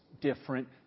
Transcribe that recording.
different